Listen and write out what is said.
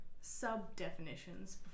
sub-definitions